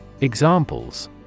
Examples